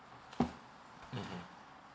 mmhmm